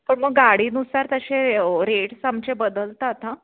पण मग गाडीनुसार तसे रेट्स आमचे बदलतात हां